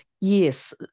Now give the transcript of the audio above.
Yes